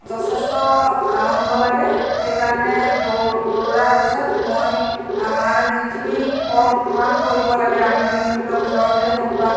যথেষ্ট আনন্দ লাগে সেইকাৰণে দৌৰ দৌৰাৰ পিছত মই আমাৰ যিখিনি কৰ্ম কাম কৰিব লাগে আমি ধৰি লওক ঘৰতে হওক বা